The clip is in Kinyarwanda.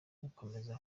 gukomeza